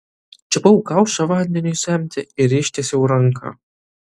čiupau kaušą vandeniui semti ir ištiesiau ranką